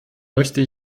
möchte